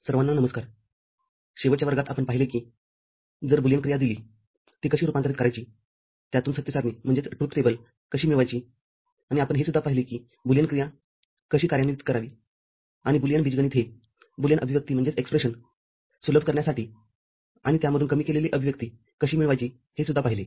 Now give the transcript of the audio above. सर्वांना नमस्कारशेवटच्या वर्गातआपण पाहिले कि जर बुलियन क्रिया दिलीती कशी रूपांतरित करायचीत्यातून सत्य सारणी कशी मिळवायचीआणि आपण हे सुद्धा पाहिले कि बुलियन क्रिया कशी कार्यान्वित करावीआणि बुलियन बीजगणित हे बुलियन अभिव्यक्तीसुलभ करण्यासाठी आणि त्यामधून कमी केलेली अभिव्यक्तीकशी मिळवायची हे सुद्धा पाहिले